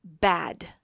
bad